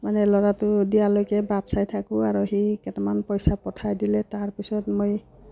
মানে ল'ৰাটোৱে দিয়ালৈকে বাট চাই থাকোঁ আৰু সেই কেইটামান পইচা পঠাই দিলে তাৰ পিছত মই